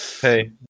Hey